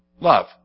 Love